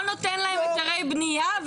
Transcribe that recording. לא נותן להם היתרי בנייה.